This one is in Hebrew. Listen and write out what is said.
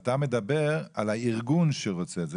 ואתה מדבר על הארגון שרוצה את זה,